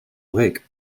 wake